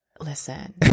Listen